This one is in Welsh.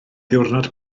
ddiwrnod